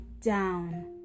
down